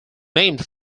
named